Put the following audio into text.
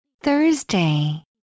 Thursday